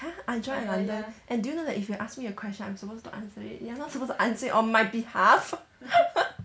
ya I join at london and do you know that if you ask me a question I'm supposed to answer it you are not supposed to answer it on my behalf